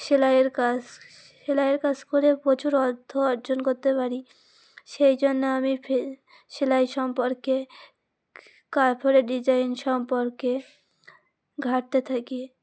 সেলাইয়ের কাজ সেলাইয়ের কাজ করে প্রচুর অর্থ অর্জন করতে পারি সেই জন্য আমি সেলাই সম্পর্কে কাপড়ের ডিজাইন সম্পর্কে ঘাঁটতে থাকি